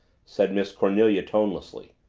said miss cornelia tonelessly.